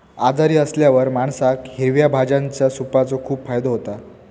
आजारी असल्यावर माणसाक हिरव्या भाज्यांच्या सूपाचो खूप फायदो होता